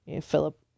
Philip